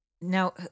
Now